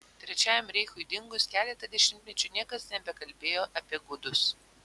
trečiajam reichui dingus keletą dešimtmečių niekas nebekalbėjo apie gudus